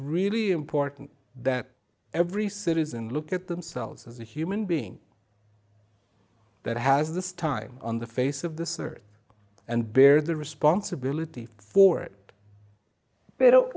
really important that every citizen look at themselves as a human being that has this time on the face of the service and bear the responsibility for it